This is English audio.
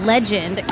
legend